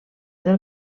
del